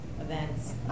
events